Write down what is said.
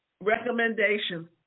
recommendations